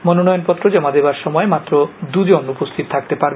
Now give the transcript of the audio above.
মনোনয়নপত্র জমা দেবার সময় মাত্র দুই জন উপস্হিত থাকতে পারবে